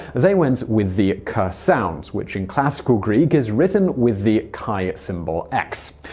they went with the ck ah sound, which in classical greek is written with the chi symbol, x.